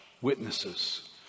witnesses